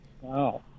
wow